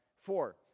Four